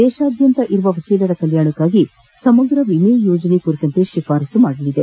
ದೇಶಾದ್ಯಂತ ಇರುವ ವಕೀಲರ ಕಲ್ಕಾಣಕ್ಕಾಗಿ ಸಮಗ್ರ ವಿಮೆ ಯೋಜನೆ ಕುರಿತಂತೆ ಶಿಫಾರಸು ಮಾಡಲಿದೆ